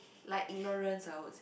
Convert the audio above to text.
like ignorance I would say